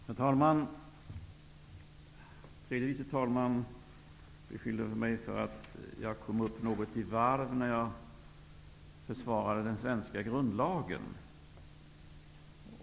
Herr talman! Tredje vice talman beskyllde mig för att komma upp något i varv när jag försvarade den svenska grundlagen.